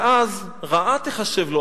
ואז רעה תיחשב לו,